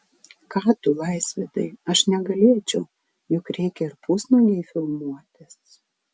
ką tu laisvydai aš negalėčiau juk reikia ir pusnuogei filmuotis